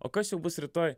o kas jau bus rytoj